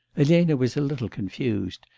elena was a little confused,